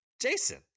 Jason